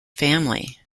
family